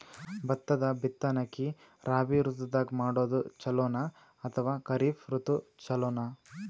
ಭತ್ತದ ಬಿತ್ತನಕಿ ರಾಬಿ ಋತು ದಾಗ ಮಾಡೋದು ಚಲೋನ ಅಥವಾ ಖರೀಫ್ ಋತು ಚಲೋನ?